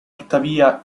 tuttavia